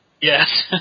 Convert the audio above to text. Yes